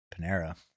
Panera